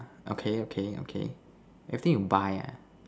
okay okay okay everything you buy ah